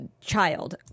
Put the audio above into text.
child